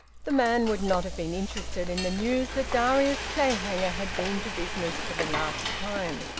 the man would not have been interested in the news that darius clayhanger had been to business for the last time.